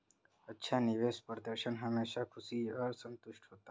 अच्छा निवेश प्रदर्शन हमेशा खुशी और संतुष्टि देता है